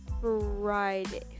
Friday